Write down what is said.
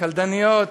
קלדניות,